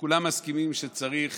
כולם מסכימים שצריך